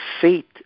fate